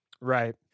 right